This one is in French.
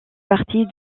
partie